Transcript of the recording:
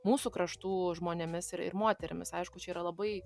mūsų kraštų žmonėmis ir ir moterimis aišku čia yra labai